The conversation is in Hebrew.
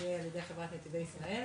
שתהיה על ידי חברת נתיבי ישראל,